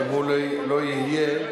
ואם הוא לא יהיה,